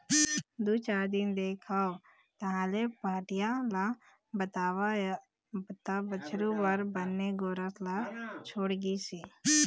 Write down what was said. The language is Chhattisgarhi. दू चार दिन देखेंव तहाँले पहाटिया ल बताएंव तब बछरू बर बने गोरस ल छोड़िस हे